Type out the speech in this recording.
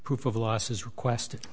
proof of loss is requested